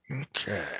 Okay